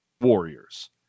warriors